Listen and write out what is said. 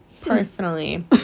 Personally